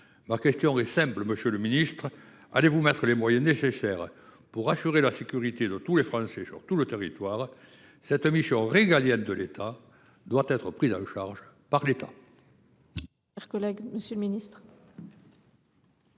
aussi disparates. Monsieur le ministre, allez vous accorder les moyens nécessaires pour assurer la sécurité de tous les Français, sur tout le territoire ? Cette mission régalienne de l’État doit être prise en charge par l’État.